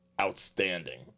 outstanding